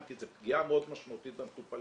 כי זו פגיעה מאוד משמעותית במטופלים.